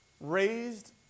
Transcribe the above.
raised